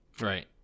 right